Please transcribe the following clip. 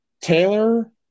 Taylor